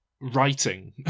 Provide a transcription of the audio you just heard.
writing